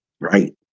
right